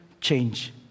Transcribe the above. change